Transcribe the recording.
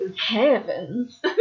Heavens